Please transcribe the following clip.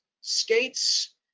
Skates